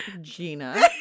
Gina